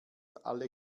alle